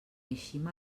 eixim